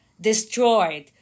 destroyed